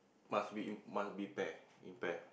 must be in must be pair in pair